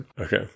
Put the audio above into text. okay